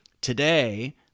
today